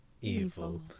evil